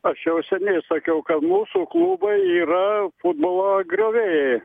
aš jau seniai sakiau kad mūsų klubai yra futbolo grioviai